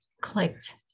clicked